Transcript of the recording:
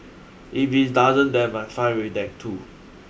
if it doesn't then I'm fine with that too